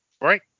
Right